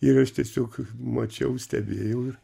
ir aš tiesiog mačiau stebėjau ir